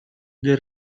del